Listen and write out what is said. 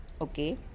Okay